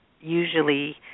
usually